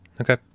Okay